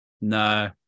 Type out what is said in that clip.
No